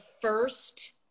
first